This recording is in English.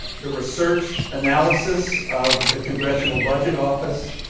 the research analysis of the congressional budget office,